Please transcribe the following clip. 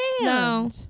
No